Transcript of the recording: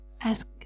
ask